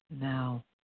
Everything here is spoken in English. now